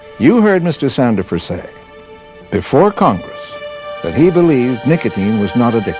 you heard mr sanderford say before congress that he believed nicotine was not addictive.